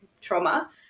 trauma